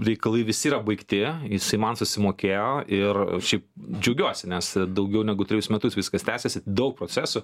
reikalai visi yra baigti jisai man susimokėjo ir šiaip džiaugiuosi nes daugiau negu trejus metus viskas tęsėsi daug procesų